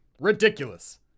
Ridiculous